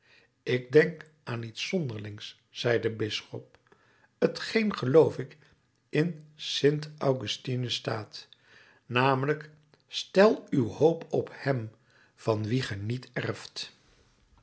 ik denk aan iets zonderlings zei de bisschop t geen geloof ik in st augustinus staat n l stel uw hoop op hem van wien ge niet erft